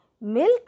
milk